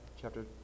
chapter